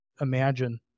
imagine